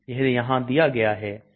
यह यहां दिया गया है